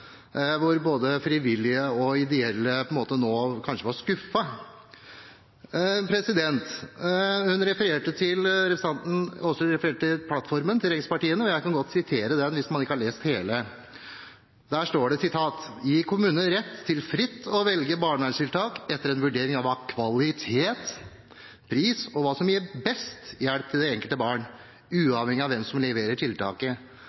både frivillige og ideelle kanskje var skuffet. Representanten Aasrud refererte til plattformen til regjeringspartiene, og jeg kan godt sitere derfra hvis man ikke har lest hele. Der står det at regjeringen vil: «Gi kommunene rett til fritt å velge barnevernstiltak, etter en vurdering av kvalitet, pris og hva som gir best hjelp til det enkelte barn, uavhengig av hvem som leverer tiltaket.»